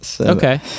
Okay